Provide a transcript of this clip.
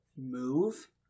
move